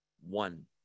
one